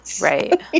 right